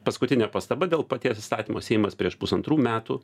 paskutinė pastaba dėl paties įstatymo seimas prieš pusantrų metų